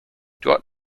dort